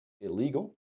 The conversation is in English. illegal